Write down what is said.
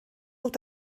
wird